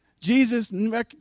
Jesus